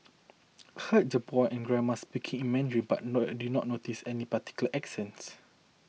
heard the boy and grandma speaking in Mandarin but no I did not notice any particular accents